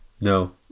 No